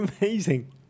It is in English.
amazing